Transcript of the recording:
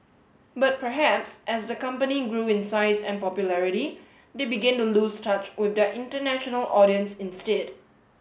but perhaps as the company grew in size and popularity they began to lose touch with their international audience instead